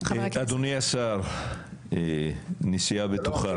אדוני השר, נסיעה בטוחה.